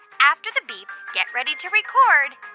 after the beep, get ready to record